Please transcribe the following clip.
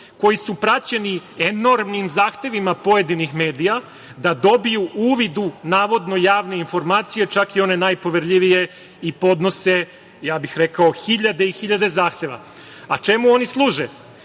koji su praćeni enormnim zahtevima pojedinih medija da dobiju uvid u navodno javne informacije, čak i one najpoverljivije i podnose hiljade i hiljade zahteva… Čemu oni služe?